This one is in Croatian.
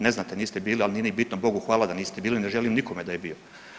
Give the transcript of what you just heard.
Ne znate, niste bili, al nije ni bitno, Bogu hvala da niste bili, ne želim nikome da je bio.